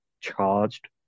charged